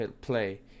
play